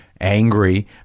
angry